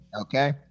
Okay